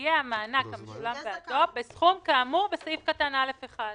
יהיה המענק המשולם בעדו בסכום כאמור בסעיף קטן (א)(1)".